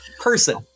Person